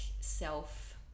self –